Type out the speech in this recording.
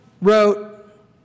wrote